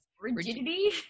Rigidity